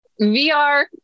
VR